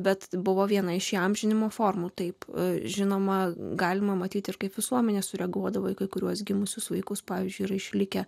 bet buvo viena iš įamžinimo formų taip žinoma galima matyti kaip visuomenė sureaguodavo į kai kuriuos gimusius vaikus pavyzdžiui išlikę